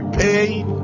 pain